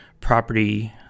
property